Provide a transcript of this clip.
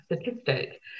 statistic